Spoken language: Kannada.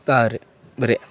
ಉತ್ಸಾಹ ರಿ ಬರೇ